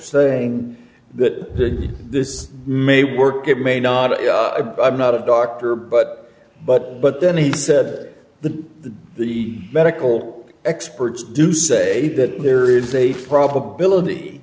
saying that this may work it may not be not a doctor but but but then he said the the medical experts do say that there is a probability